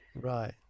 Right